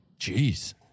Jeez